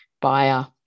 buyer